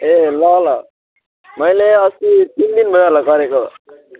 ए ल ल मैले अस्ति तिन दिन भयो होला गरेको